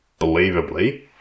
believably